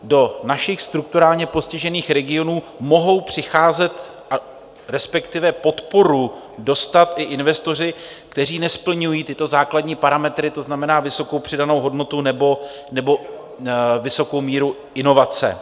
Do našich strukturálně postižených regionů mohou přicházet, respektive podporu dostat i investoři, kteří nesplňují tyto základní parametry, to znamená vysokou přidanou hodnotu nebo vysokou míru inovace.